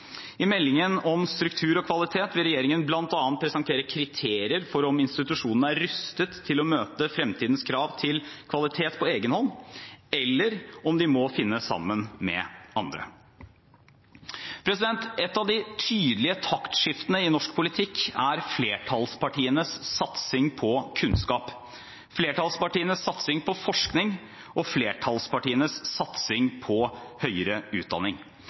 I meldingen om struktur og kvalitet vil regjeringen bl.a. presentere kriterier for om institusjonen er rustet til å møte fremtidens krav til kvalitet på egenhånd, eller om de må finne sammen med andre. Et av de tydelige taktskiftene i norsk politikk er flertallspartienes satsing på kunnskap, flertallspartienes satsing på forskning og flertallspartienes satsing på høyere utdanning.